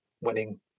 winning